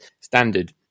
standard